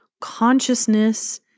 consciousness